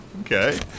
Okay